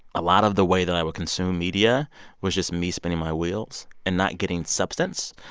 a lot of the way that i would consume media was just me spinning my wheels and not getting substance.